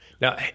Now